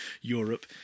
Europe